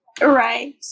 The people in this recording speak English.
Right